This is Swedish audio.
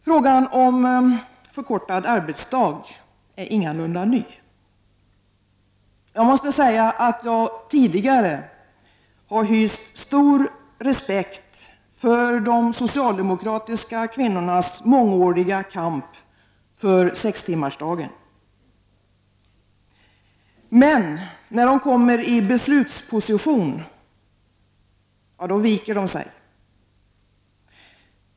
Frågan om förkortad arbetsdag är ingalunda ny. Jag har tidigare hyst stor respekt för de socialdemokratiska kvinnornas mångåriga kamp för sextimmarsdagen. Men när de kommer i beslutsposition, då viker de sig.